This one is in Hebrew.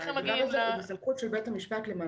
הוא בסמכות של בית המשפט למנות.